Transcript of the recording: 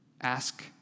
ask